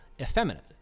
effeminate